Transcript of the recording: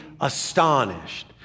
astonished